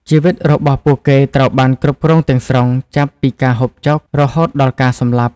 ជីវិតរបស់ពួកគេត្រូវបានគ្រប់គ្រងទាំងស្រុង ចាប់ពីការហូបចុក រហូតដល់ការស្លាប់។